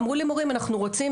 אמרו לי מורים שהם רוצים,